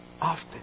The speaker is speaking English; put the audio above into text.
often